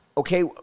okay